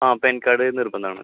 ആ PAN card നിർബന്ധമാണ്